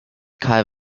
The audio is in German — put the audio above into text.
carl